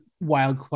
wild